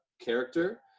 character